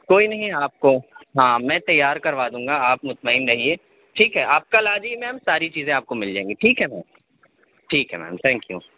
کوئی نہیں ہے آپ کو ہاں میں تیار کروا دوں گا آپ مطمئن رہیے ٹھیک ہے آپ کل آ جائیے میم ساری چیزیں آپ کو مل جائیں گی ٹھیک ہے نہ ٹھیک ہے میم تھینک یو